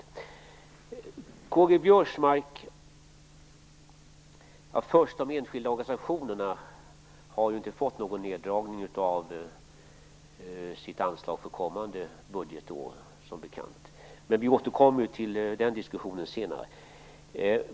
Jag kan säga till K-G Biörsmark att de enskilda organisationerna som bekant inte har fått någon neddragning av sitt anslag för kommande budgetår, men vi återkommer till den diskussionen senare.